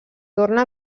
torna